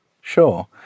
sure